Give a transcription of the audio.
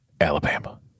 Alabama